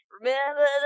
remember